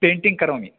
painting करोमि